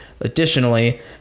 Additionally